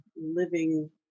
living